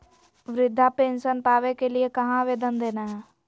वृद्धा पेंसन पावे के लिए कहा आवेदन देना है?